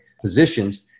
positions